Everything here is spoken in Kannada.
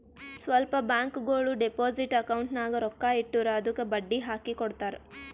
ಸ್ವಲ್ಪ ಬ್ಯಾಂಕ್ಗೋಳು ಡೆಪೋಸಿಟ್ ಅಕೌಂಟ್ ನಾಗ್ ರೊಕ್ಕಾ ಇಟ್ಟುರ್ ಅದ್ದುಕ ಬಡ್ಡಿ ಹಾಕಿ ಕೊಡ್ತಾರ್